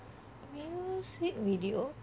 music video